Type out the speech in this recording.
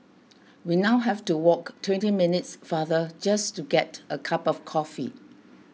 we now have to walk twenty minutes farther just to get a cup of coffee